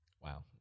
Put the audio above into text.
Wow